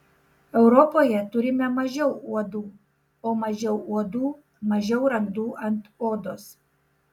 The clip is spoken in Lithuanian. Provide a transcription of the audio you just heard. europoje turime mažiau uodų o mažiau uodų mažiau randų ant odos